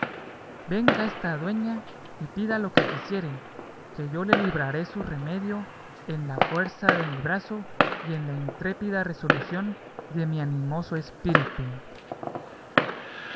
venga esta dueña y pida lo que quisiere que yo le libraré su remedio en la fuerza de mi brazo y en la intrépida resolución de mi animoso espíritu